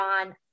on